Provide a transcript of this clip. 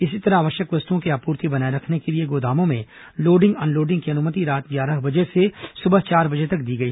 इसी तरह आवश्यक वस्तुओं की आपूर्ति बनाए रखने के लिए गोदामों में लोडिंग अनलोडिंग की अनुमति रात ग्यारह बजे से सुबह चार बजे तक दी गई